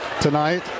tonight